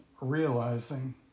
realizing